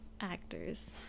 actors